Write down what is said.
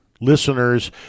listeners